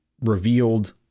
revealed